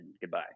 goodbye